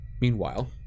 Meanwhile